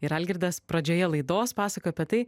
ir algirdas pradžioje laidos pasakojo apie tai